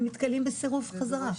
הם נתקלים בסירוב חזרה.